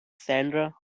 sandra